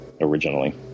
originally